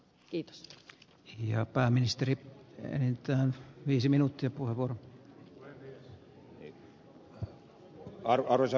kiitos ja pääministeri enintään viisi arvoisa puhemies